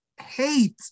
hate